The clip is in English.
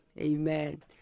Amen